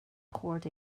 poured